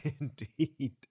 Indeed